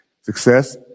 Success